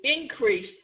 increase